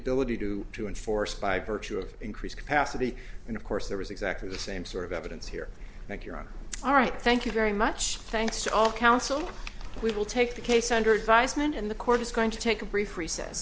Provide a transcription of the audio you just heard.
ability to to enforce by virtue of increased capacity and of course there was exactly the same sort of evidence here that you're on all right thank you very much thanks to all counsel we will take the case under advisement in the court is going to take a brief recess